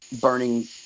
burning